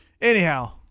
Anyhow